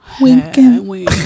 winking